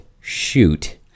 shoot